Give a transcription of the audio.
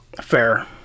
Fair